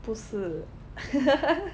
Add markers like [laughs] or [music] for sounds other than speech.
不是 [laughs]